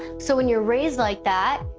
so when you're raised like that,